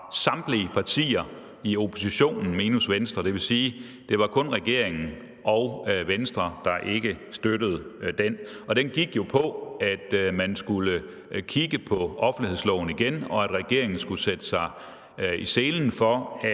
samtlige partier i oppositionen, minus Venstre. Det vil sige, at det kun var regeringen og Venstre, der ikke støttede den. Og den gik jo på, at man skulle kigge på offentlighedsloven igen, og at regeringen skulle lægge sig i selen for,